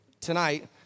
tonight